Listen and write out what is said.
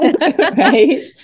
Right